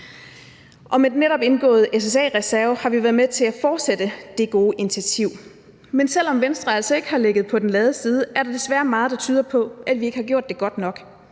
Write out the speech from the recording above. og med den netop indgåede SSA-reserve har vi været med til at fortsætte det gode initiativ. Men selv om Venstre altså ikke har ligget på den lade side, er der desværre meget, der tyder på, at vi ikke har gjort det godt nok,